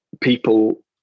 people